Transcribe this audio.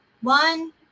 One